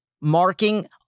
marking